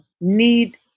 need